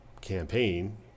campaign